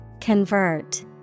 Convert